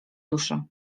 duszy